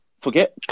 forget